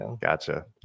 Gotcha